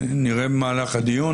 נראה במהלך הדיון